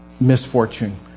misfortune